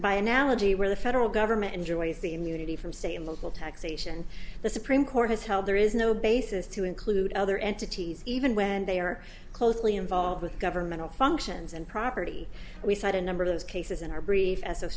by analogy where the federal government enjoys the immunity from state and local taxation the supreme court has held there is no basis to include other entities even when they are closely involved with governmental functions and property we cite a number of those cases in our brief as